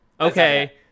Okay